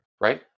right